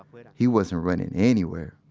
but he wasn't running anywhere